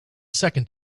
second